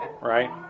Right